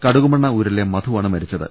കടുകുമണ്ണ് ഊരിലെ മധു ആണ് മരിച്ചത്